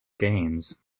gains